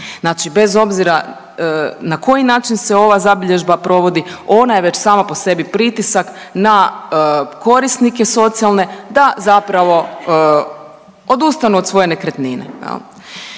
bez obzira na koji način se ova zabilježba provodi ona je već sama po sebi pritisak na korisnike socijalne da zapravo odustanu od svoje nekretnine.